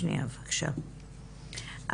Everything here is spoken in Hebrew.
גל,